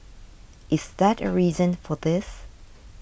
is that a reason for this